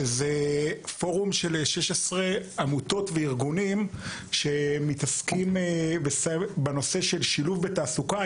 שזה פורום של 16 עמותות וארגונים שמתעסקים בנושא שילוב בתעסוקה,